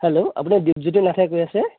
hello আপুনি দ্বীপজ্যোতি নাথে কৈ আছে